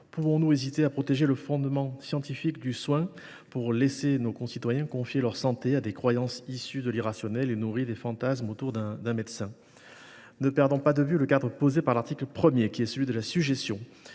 pouvons nous hésiter à protéger le fondement scientifique du soin, et ainsi laisser nos concitoyens confier leur santé à des croyances issues de l’irrationnel et nourries des fantasmes qui entourent un médecin ? Ne perdons pas de vue le cadre posé par l’article 1, celui de la sujétion.